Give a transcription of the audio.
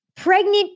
Pregnant